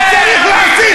מה צריך לעשות?